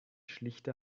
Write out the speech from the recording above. schlichte